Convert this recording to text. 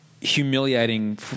humiliating